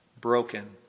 broken